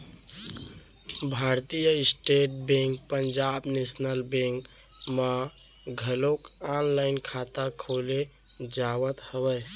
भारतीय state bank Punjab national bank म घलोक ऑनलाईन खाता खोले जावत हवय